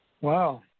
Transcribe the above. Wow